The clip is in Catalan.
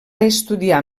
estudiar